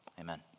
amen